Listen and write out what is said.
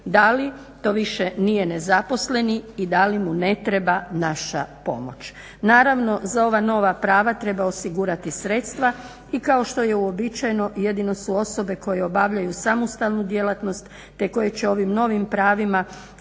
Da li to više nije nezaposleni i da li mu ne treba naša pomoć? Naravno za ova nova prava treba osigurati sredstva i kao što je uobičajeno jedino su osobe koje obavljaju samostalnu djelatnost, te koje će ovim novim pravima